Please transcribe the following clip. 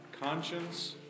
conscience